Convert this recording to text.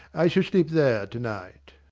i shall sleep there to-night.